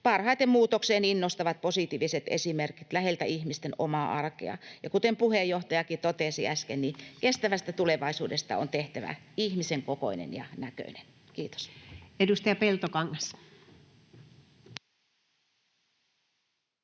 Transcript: Parhaiten muutokseen innostavat positiiviset esimerkit läheltä ihmisten omaa arkea, ja kuten puheenjohtajakin totesi äsken, kestävästä tulevaisuudesta on tehtävä ihmisen kokoinen ja näköinen. — Kiitos. [Speech 8]